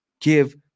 give